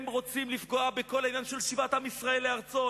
הם רוצים לפגוע בכל העניין של שיבת עם ישראל לארצו.